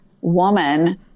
woman